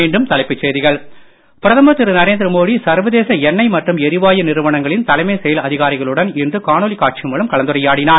மீண்டும் தலைப்புச்செய்திகள் பிரதமர் திரு நரேந்திரமோடி சர்வதேச எண்ணெய் மற்றும் எரிவாயு நிறுவனங்களின் தலைமை செயல் அதிகாரிகளுடன் இன்று காணொளி காட்சி மூலம் கலந்துரையாடினார்